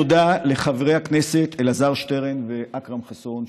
תודה לחברי הכנסת אלעזר שטרן ואכרם חסון,